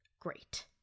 Great